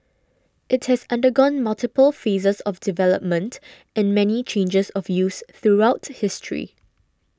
it has undergone multiple phases of development and many changes of use throughout history